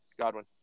Godwin